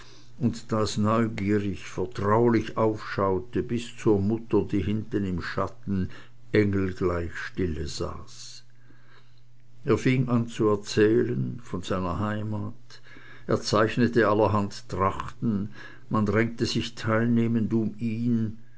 und das neugierig vertraulich aufschaute bis zur mutter die hinten im schatten engelgleich stille saß er fing an zu erzählen von seiner heimat er zeichnete allerhand trachten man drängte sich teilnehmend um ihn